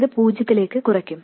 ഇത് പൂജ്യത്തിലേക്ക് ചുരുങ്ങും